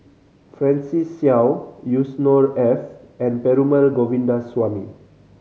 Francis Seow Yusnor Ef and Perumal Govindaswamy